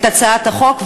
את הצעת החוק?